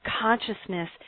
consciousness